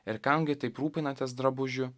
ir kam gi taip rūpinatės drabužiu